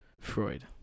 Freud